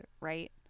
right